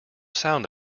sound